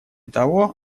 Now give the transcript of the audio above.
того